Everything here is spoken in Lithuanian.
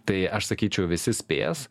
tai aš sakyčiau visi spės